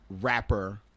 rapper